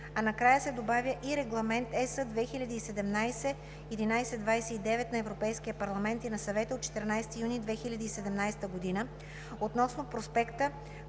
2 накрая се добавя „и Регламент (ЕС) 2017/1129 на Европейския парламент и на Съвета от 14 юни 2017 г. относно проспекта,